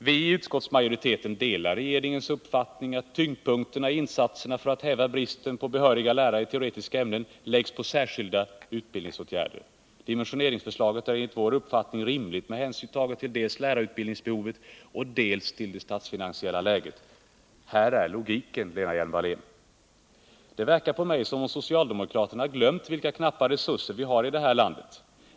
Vi i utskottsmajoriteten delar regeringens uppfattning att tyngdpunkterna i insatserna för att häva bristen på behöriga lärare i teoretiska ämnen skall läggas på särskilda utbildningsåtgärder. Dimensioneringsförslaget är enligt vår uppfattning rimligt med hänsyn tagen dels till lärarutbildningsbehovet, dels till det statsfinansiella läget. Här är logiken, Lena Hjelm-Wallén. Det verkar på mig som om socialdemokraterna har glömt vilka knappa resurser vi har i det här landet.